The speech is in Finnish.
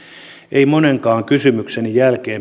eivät monenkaan kysymyksen jälkeen